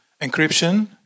encryption